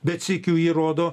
bet sykiu ji rodo